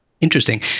Interesting